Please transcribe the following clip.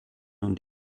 und